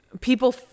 people